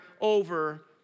over